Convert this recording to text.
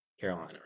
carolina